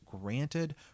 granted